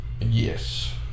Yes